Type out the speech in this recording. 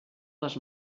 les